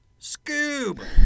Scoob